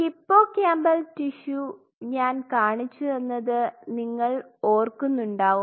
hippocampal tissue ഞാൻ കാണിച്ചു തന്നത് നിങ്ങൾ ഓർക്കുന്നുണ്ടാവും